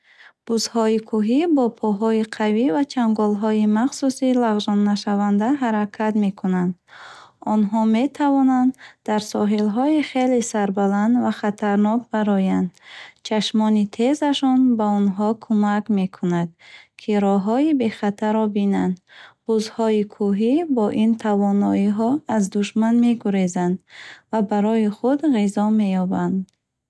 Бузҳои кӯҳӣ бо поҳои қавӣ ва чанголҳои махсуси лағжоннашаванда ҳаракат мекунанд. Онҳо метавонанд дар соҳилҳои хеле сарбаланд ва хатарнок бароянд. Чашмони тезашон ба онҳо кӯмак мекунад, ки роҳҳои бехатарро бинанд. Бузҳои кӯҳӣ бо ин тавоноиҳо аз душман мегурезанд ва барои худ ғизо меёбанд.